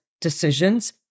decisions